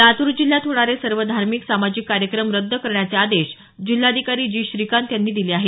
लातूर जिल्ह्यात होणारे सर्व धार्मिक सामाजिक कार्यक्रम रद्द करण्याचे आदेश जिल्हाधिकारी जी श्रीकांत यांनी दिले आहेत